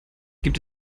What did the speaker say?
gibt